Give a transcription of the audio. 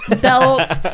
belt